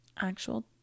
actual